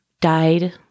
died